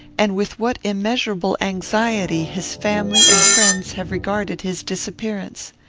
and with what immeasurable anxiety his family and friends have regarded his disappearance.